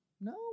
No